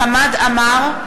חמד עמאר,